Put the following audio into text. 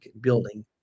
building